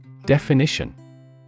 Definition